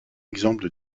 exemple